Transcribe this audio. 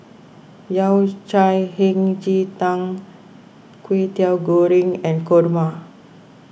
Yao Cai Hei Ji Tang Kway Teow Goreng and Kurma